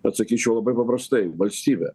atsakyčiau labai paprastai valstybė